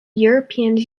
europeans